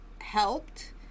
helped